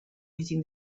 using